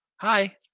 hi